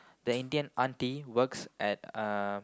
the Indian auntie works at uh